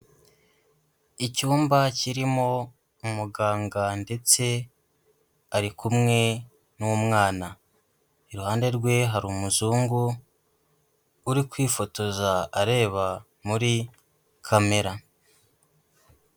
Icyumba kirimo umuganga ndetse ari kumwe n'umwana, iruhande rwe hari umuzungu, uri kwifotoza areba muri kamera.